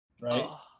right